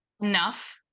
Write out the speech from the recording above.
enough